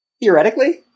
Theoretically